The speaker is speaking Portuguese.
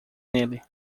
nele